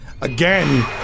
Again